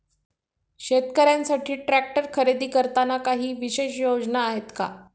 शेतकऱ्यांसाठी ट्रॅक्टर खरेदी करताना काही विशेष योजना आहेत का?